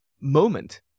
moment